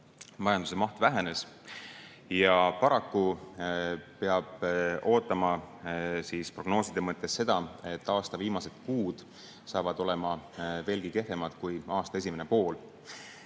Majanduse maht vähenes. Ja paraku peab ootama prognooside mõttes seda, et aasta viimased kuud on veelgi kehvemad kui aasta esimene pool.